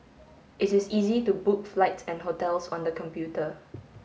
it is easy to book flights and hotels on the computer